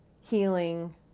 healing